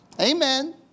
Amen